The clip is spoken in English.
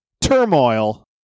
turmoil